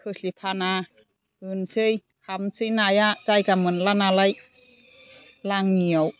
खोस्लि फाना होनोसै हाबनोसै नाया जायगा मोनला नालाय लाङियाव